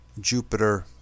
Jupiter